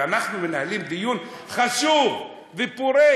ואנחנו מנהלים דיון חשוב ופורה,